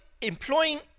employing